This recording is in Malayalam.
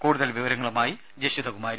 കൂടുതൽ വിവരങ്ങളുമായി ജഷിത കുമാരി